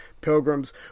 pilgrims